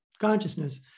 consciousness